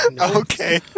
Okay